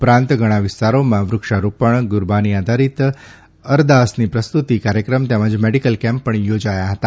ઉપરાંત ઘણા વિસ્તારોમાં વૃક્ષારોપણ ગુરબાની આધારીત અરદાસની પ્રસ્તુતી કાર્યક્રમ તેમજ મેડીકલ કેમ્પ પણ થોજાયા હતા